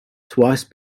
twice